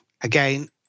Again